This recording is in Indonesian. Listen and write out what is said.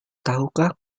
tahukah